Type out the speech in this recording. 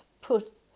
put